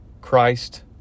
Christ